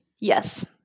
Yes